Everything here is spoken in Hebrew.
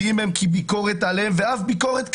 יודעים הם כי ביקורת עליהם, ואף ביקורת קשה,